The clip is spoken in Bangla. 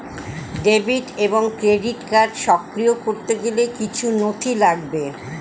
ডেবিট এবং ক্রেডিট কার্ড সক্রিয় করতে গেলে কিছু নথি লাগবে?